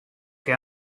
que